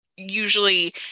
usually